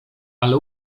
ale